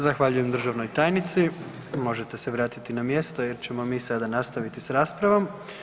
Zahvaljujem državnoj tajnici, možete se vratiti na mjesto jer ćemo mi sada nastaviti s raspravom.